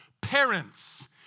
parents